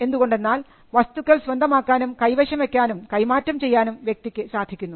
എന്തുകൊണ്ടെന്നാൽ വസ്തുക്കൾ സ്വന്തമാക്കാനും കൈവശം വയ്ക്കാനും കൈമാറ്റം ചെയ്യാനും വ്യക്തിക്ക് സാധിക്കുന്നു